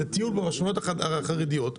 לטיול בשכונות החרדיות,